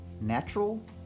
natural